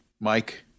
Mike